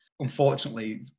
Unfortunately